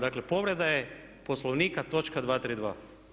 Dakle povreda je Poslovnika točka 232.